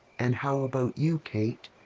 and how about you, kate?